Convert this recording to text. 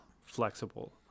flexible